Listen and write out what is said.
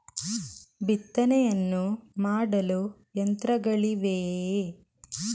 ಬಿತ್ತನೆಯನ್ನು ಮಾಡಲು ಯಂತ್ರಗಳಿವೆಯೇ?